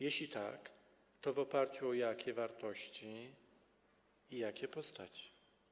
Jeśli tak, to w oparciu o jakie wartości i postaci?